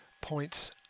points